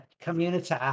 community